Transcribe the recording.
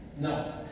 No